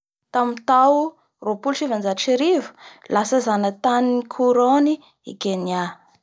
Tamin'ny tao roapolo sy sivanjato sy arivo lasa zanatanin'ny Korony i Kenya.